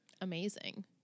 amazing